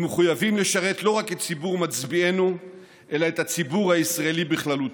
ומחויבים לשרת לא רק את ציבור מצביעינו אלא את הציבור הישראלי בכללותו,